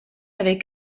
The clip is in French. avec